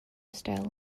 style